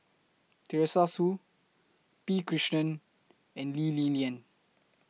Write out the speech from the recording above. Teresa Hsu P Krishnan and Lee Li Lian